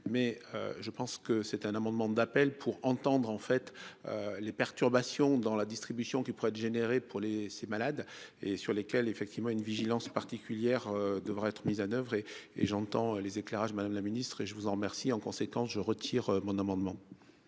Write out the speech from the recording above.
mais je pense que c'est un amendement d'appel pour entendre en fait. Les perturbations dans la distribution qui pourrait dégénérer pour les ces malades et sur lesquels effectivement une vigilance particulière devrait être mise en oeuvre et, et j'entends les éclairages. Madame la ministre, et je vous en remercie. En conséquence je retire mon amendement.--